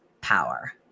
power